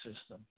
system